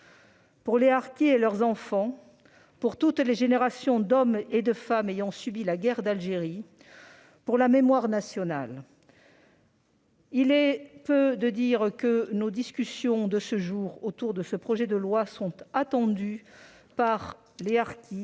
pour les harkis et leurs enfants, pour toutes les générations d'hommes et de femmes ayant subi la guerre d'Algérie, pour la mémoire nationale. C'est peu dire que nos discussions de ce jour sont attendues par les harkis,